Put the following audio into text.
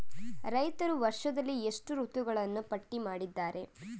ರೈತರು ವರ್ಷದಲ್ಲಿ ಎಷ್ಟು ಋತುಗಳನ್ನು ಪಟ್ಟಿ ಮಾಡಿದ್ದಾರೆ?